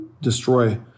destroy